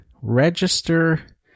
register